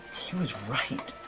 he was right,